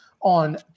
on